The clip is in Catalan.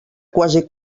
quasi